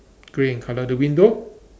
grey in colour the window